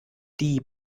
die